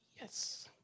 Yes